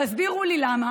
תסבירו לי למה